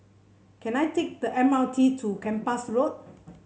can I take the M R T to Kempas Road